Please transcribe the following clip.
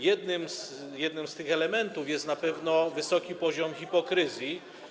Jednym z tych elementów jest na pewno wysoki poziom hipokryzji.